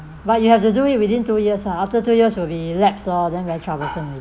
but you have to do it within two years ah after two years will be lapse lor then very troublesome